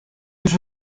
was